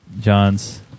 John's